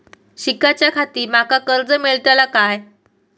शिकाच्याखाती माका कर्ज मेलतळा काय?